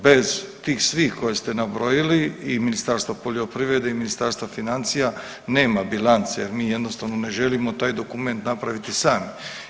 Bez tih svih koje ste nabrojili i Ministarstva poljoprivrede i Ministarstva financija nema bilance jer mi jednostavno ne želimo taj dokument napraviti sam.